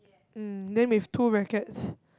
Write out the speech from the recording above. um then with two rackets